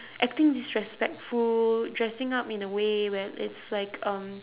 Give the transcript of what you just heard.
acting disrespectful dressing up in a way where it's like um